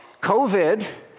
COVID